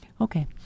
Okay